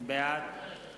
בעד